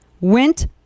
went